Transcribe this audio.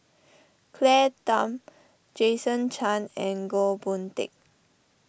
Claire Tham Jason Chan and Goh Boon Teck